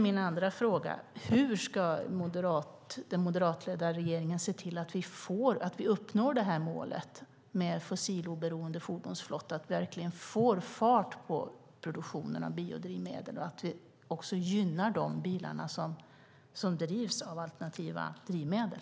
Min andra fråga är: Hur ska den moderatledda regeringen se till att vi uppnår målet med en fossiloberoende fordonsflotta och verkligen får fart på produktionen av biodrivmedel och gynnar de bilar som drivs med alternativa drivmedel?